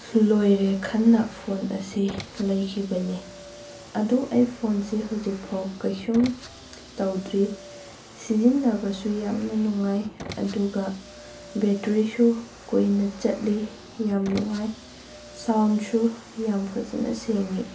ꯂꯣꯏꯔꯦ ꯈꯟꯅ ꯐꯣꯟ ꯑꯁꯤ ꯂꯩꯈꯤꯕꯅꯤ ꯑꯗꯣ ꯑꯩ ꯐꯣꯟꯁꯦ ꯍꯧꯖꯤꯛꯐꯥꯎ ꯀꯩꯁꯨꯝ ꯇꯧꯗ꯭ꯔꯤ ꯁꯤꯖꯤꯟꯅꯕꯁꯨ ꯌꯥꯝꯅ ꯅꯨꯡꯉꯥꯏ ꯑꯗꯨꯒ ꯕꯦꯇ꯭ꯔꯤꯁꯨ ꯀꯨꯏꯅ ꯆꯠꯂꯤ ꯌꯥꯝ ꯅꯨꯡꯉꯥꯏ ꯁꯣꯎꯟꯁꯨ ꯌꯥꯝ ꯐꯖꯟꯅ ꯁꯦꯡꯉꯤ